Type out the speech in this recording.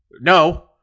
no